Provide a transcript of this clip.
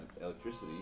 electricity